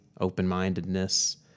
open-mindedness